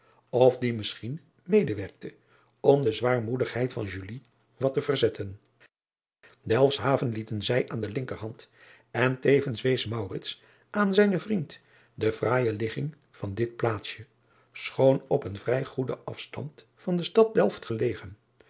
of die misschien medewerkte om de zwaarmoedigheid van wat te verzetten elfshaven lieten zij aan de linkerhand en tevens wees aan zijnen vriend de fraaije ligging van dit plaatsje schoon op een vrij goeden afstand van de stad elft gelegen